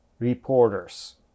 reporters